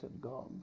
God